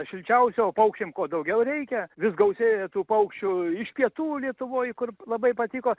šilčiausio paukščiam kuo daugiau reikia vis gausėja tų paukščių iš pietų lietuvoj kur labai patiko